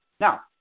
Now